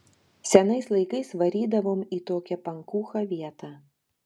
senais laikais varydavom į tokią pankūchą vietą